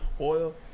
oil